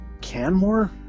Canmore